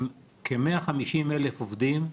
עם כ-150,000 עובדים.